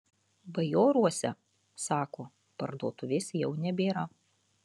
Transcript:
bajoruose sako parduotuvės jau nebėra